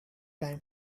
time